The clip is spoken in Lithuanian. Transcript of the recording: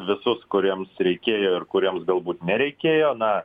visus kuriems reikėjo ir kuriems galbūt nereikėjo na